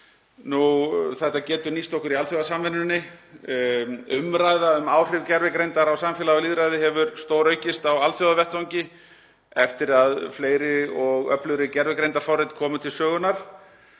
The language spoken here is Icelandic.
Þetta getur nýst okkur í alþjóðasamvinnunni. Umræða um áhrif gervigreindar á samfélag og lýðræði hefur stóraukist á alþjóðavettvangi eftir að fleiri og öflugri gervigreindarforrit komu til sögunnar.